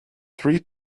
three